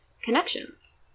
connections